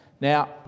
Now